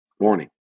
morning